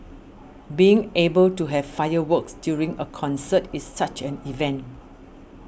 being able to have fireworks during a concert is such an event